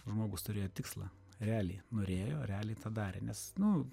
žmogus turėjo tikslą realiai norėjo realiai tą darė nes nu